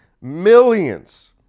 millions